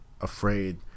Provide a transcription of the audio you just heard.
afraid